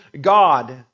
God